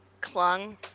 clung